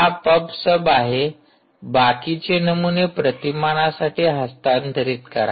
हा पब सब आहे बाकीचे नमुने प्रतिमानासाठी हस्तांतरित करा